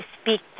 speak